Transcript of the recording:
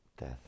death